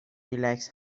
ریلکس